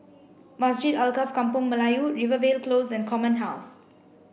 Masjid Alkaff Kampung Melayu Rivervale Close and Command House